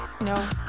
No